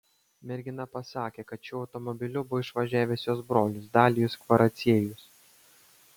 mergina pasakė kad šiuo automobiliu buvo išvažiavęs jos brolis dalijus kvaraciejus